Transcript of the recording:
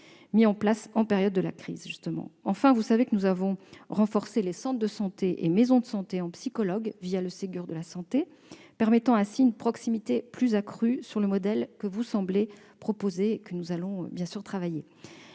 mis en place en période de crise sanitaire. Enfin, vous savez que nous avons renforcé les centres de santé et maisons de santé en psychologues, le Ségur de la santé, permettant ainsi une proximité accrue, sur le modèle que vous semblez proposer. Les assises de